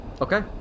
Okay